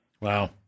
Wow